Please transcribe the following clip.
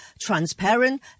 transparent